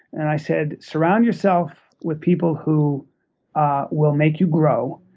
and i said surround yourself with people who ah will make you grow,